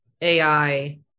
AI